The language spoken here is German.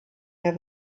der